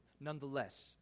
Nonetheless